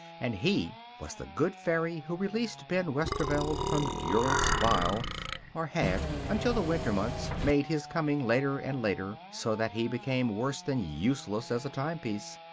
and he was the good fairy who released ben westerveld from durance vile or had until the winter months made his coming later and later, so that he became worse than useless as a timepiece.